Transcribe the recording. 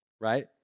right